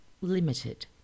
limited